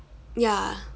ya